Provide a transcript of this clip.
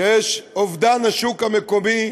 שיש אובדן לשוק המקומי,